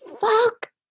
fuck